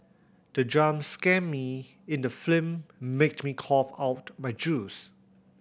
the jump scare me in the film made me cough out my juice